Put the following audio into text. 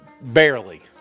barely